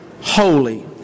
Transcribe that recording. holy